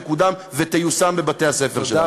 תקודם ותיושם בבתי-הספר שלנו.